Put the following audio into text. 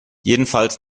jedenfalls